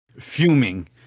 fuming